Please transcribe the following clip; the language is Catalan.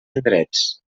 indrets